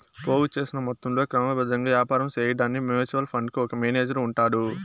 పోగు సేసిన మొత్తంలో క్రమబద్ధంగా యాపారం సేయడాన్కి మ్యూచువల్ ఫండుకు ఒక మేనేజరు ఉంటాడు